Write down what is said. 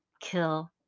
kill